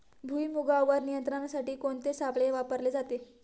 भुईमुगावर नियंत्रणासाठी कोणते सापळे वापरले जातात?